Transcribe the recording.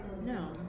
No